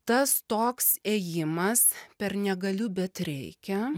tas toks ėjimas per negaliu bet reikia